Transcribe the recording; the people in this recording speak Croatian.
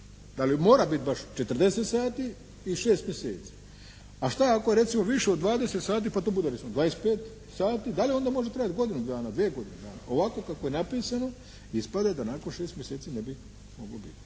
Da li mora biti baš 40 sati i 6 mjeseci. A šta ako je recimo više od 20 sati pa to bude recimo 25 sati, da li onda može trajati godinu dana, dvije godine dana. Ovako kako je napisano ispada da nakon šest mjeseci ne bi moglo biti.